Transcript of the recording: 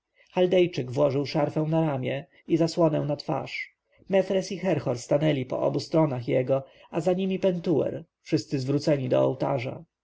chaldejczyk włożył szarfę na ramię i zasłonę na twarz mefres i herhor stanęli po obu stronach jego a za nimi pentuer wszyscy zwróceni do ołtarza